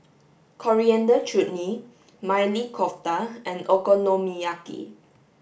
Coriander Chutney Maili Kofta and Okonomiyaki